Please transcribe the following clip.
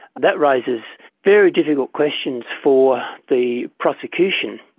that raises very difficult questions for the prosecution,